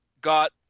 got